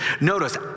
Notice